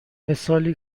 مثالی